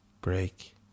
break